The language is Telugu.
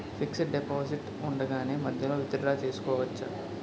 ఫిక్సడ్ డెపోసిట్ ఉండగానే మధ్యలో విత్ డ్రా చేసుకోవచ్చా?